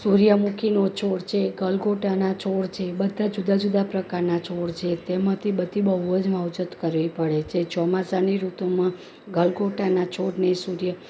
સૂર્યમુખીનો છોડ છે ગલગોટાના છોડ છે બધાં જુદા જુદા પ્રકારના છોડ છે તેમાંથી બધી બહુ જ માવજત કરવી પડે છે ચોમાસાની ઋતુમાં ગલગોટાના છોડને સૂર્ય